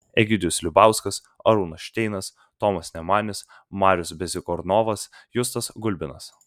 egidijus liubauskas arūnas šteinas tomas nemanis marius bezykornovas justas gulbinas